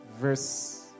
verse